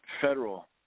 federal